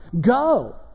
Go